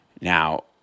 Now